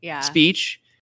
speech